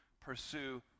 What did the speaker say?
pursue